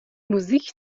موزیک